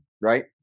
right